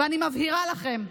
ואני מבהירה לכם: